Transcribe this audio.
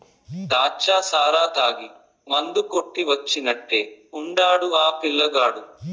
దాచ్చా సారా తాగి మందు కొట్టి వచ్చినట్టే ఉండాడు ఆ పిల్లగాడు